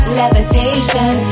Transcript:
levitation